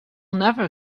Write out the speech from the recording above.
never